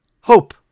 hope